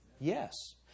Yes